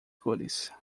cores